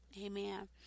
Amen